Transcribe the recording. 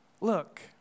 Look